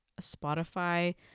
spotify